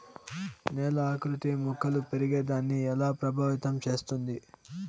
నేల ఆకృతి మొక్కలు పెరిగేదాన్ని ఎలా ప్రభావితం చేస్తుంది?